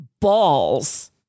balls